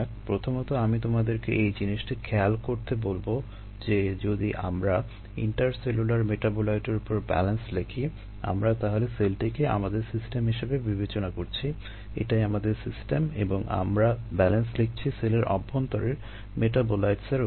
প্রথমত আমি তোমাদেরকে এই জিনিসটি খেয়াল করতে বলবো যে যদি আমরা ইন্টারসেলুলার মেটাবোলাইটের উপর ব্যালান্স লিখি আমরা তাহলে সেলটিকে আমাদের সিস্টেম হিসেবে বিবেচনা করছি এটাই আমাদের সিস্টেম এবং আমরা ব্যালান্স লিখছি সেলের অভ্যন্তরের মেটাবোলাইটস এর উপর